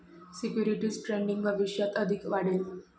securities trading भविष्यात अधिक वाढेल